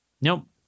Nope